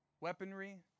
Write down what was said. weaponry